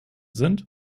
sind